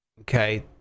Okay